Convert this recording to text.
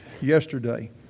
yesterday